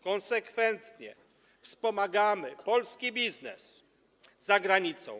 Konsekwentnie wspomagamy polski biznes za granicą.